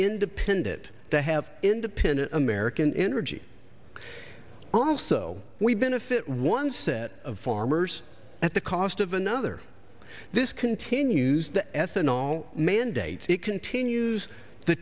independent to have independent american energy also we benefit one set of farmers at the cost of another this continues the ethanol mandate it continues the